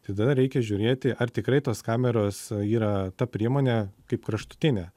tai tada reikia žiūrėti ar tikrai tos kameros yra ta priemonė kaip kraštutinė